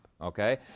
okay